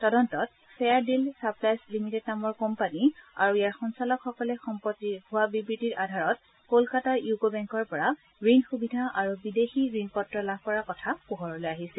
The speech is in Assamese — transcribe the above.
তদন্তত ফেয়াৰ ডীল ছাপ্লাইজ লিমিটেড নামৰ কোম্পানী আৰু ইয়াৰ সঞ্চালকসকলে সম্পত্তিৰ ভূৱা বিবৃতিৰ আধাৰত কলকাতাৰ ইউকো বেংকৰ পৰা ঋণ সূবিধা আৰু বিদেশী ঋণপত্ৰ লাভ কৰাৰ কথা পোহৰলৈ আহিছিল